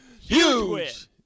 Huge